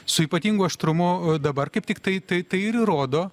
su ypatingu aštrumu dabar kaip tiktai tai tai tai ir įrodo